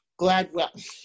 Gladwell